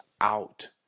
out